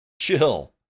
Chill